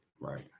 right